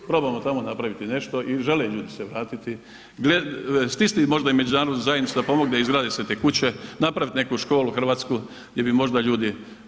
Probamo tamo napraviti nešto i žele ljudi se vratiti, stisnuti možda i Međunarodnu zajednicu da pomogne i izgrade se te kuće, napraviti neku školu hrvatsku gdje bi možda ljudi.